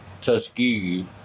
Tuskegee